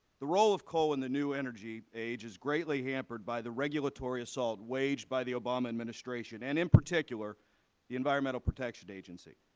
the role of coal in the new energy age is greatly hampered by the regulatory assault waged by the obama administration and in particular the environmental protection agency.